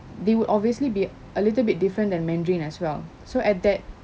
they will obviously be a little bit different than mandarin as well so at that